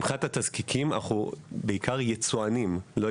מבחינת התזקיקים אנחנו בעיקר יצואנים ולא